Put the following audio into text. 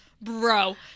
bro